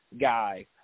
guy